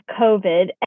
COVID